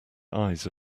eyes